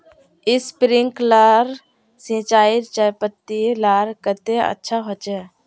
Sprinkler सिंचाई चयपत्ति लार केते अच्छा होचए?